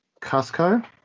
cusco